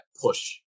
push